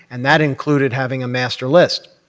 and that included having a master list.